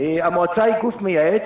המועצה היא גוף מייעץ,